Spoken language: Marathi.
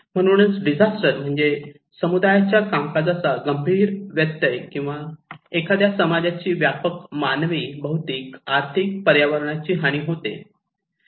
म्हणूनच डिझास्टर म्हणजे समुदायाच्या कामकाजाचा गंभीर व्यत्यय किंवा एखाद्या समाजाची व्यापक मानवी भौतिक आर्थिक पर्यावरणाची हानी होते